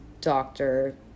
doctor